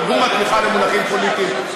תרגום התמיכה למונחים פוליטיים,